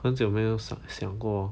很久没有想过